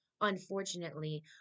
unfortunately